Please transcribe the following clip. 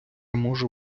можу